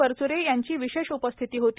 परच्ररे यांची विशेष उपस्थिती होती